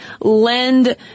lend